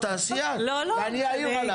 לא, תעשי את, ואני אעיר עליו.